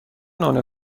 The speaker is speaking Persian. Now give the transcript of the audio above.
نان